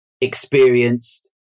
experienced